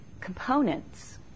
components